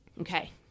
Okay